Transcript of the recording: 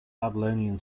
babylonian